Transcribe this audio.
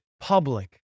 public